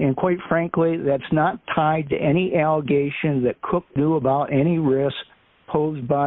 and quite frankly that's not tied to any allegations that cook knew about any risks posed by